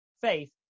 faith